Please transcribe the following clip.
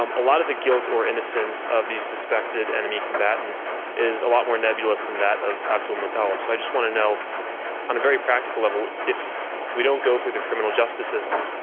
um a lot of the guilt or innocence of these suspected enemy combatants is a lot more nebulous than that of abdulmutallab, so i just want to know on a very practical level if we don't go through the criminal justice system,